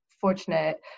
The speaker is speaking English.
fortunate